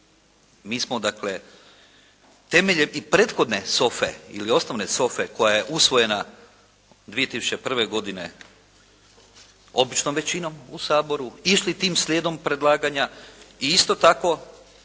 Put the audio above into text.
Mi smo dakle, temeljem i prethodne SOFA-e ili osnovne SOFA-e koja je usvojena 2001. godine običnom većinom u Saboru, išli tim slijedom predlaganja i isto tako